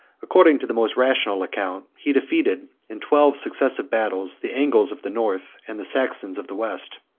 according to the most rational account, he defeated, in twelve successive battles, the angles of the north, and the saxons of the west